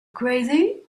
crazy